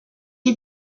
est